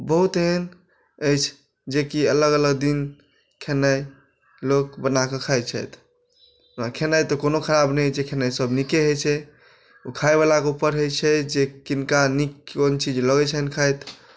बहुत एहन अछि जेकि अलग अलग दिन खेनाइ लोक बना कऽ खाइत छथि ओना खेनाइ तऽ कोनो खराब नहि होइत छै खेनाइ सभ नीके होइत छै ओ खाइवलाके ऊपर होइ छै जे किनका नीक कोन चीज लगैत छैन्ह खाइत